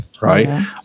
Right